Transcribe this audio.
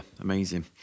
amazing